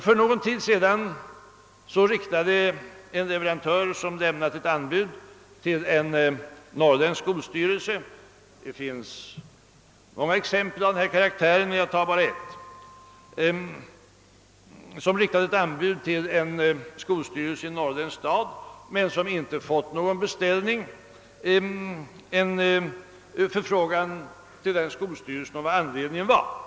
För någon tid sedan riktade en leverantör, som lämnat ett anbud till en skolstyrelse — det finns många exempel av denna karaktär, men jag tar bara ett här — i en norrländsk stad men som inte fått någon beställning, en förfrågan till den skolstyrelsen om vad som var anledningen till detta.